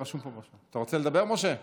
אתה רוצה לדבר, משה?